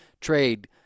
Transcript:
trade